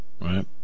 right